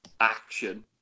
action